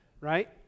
Right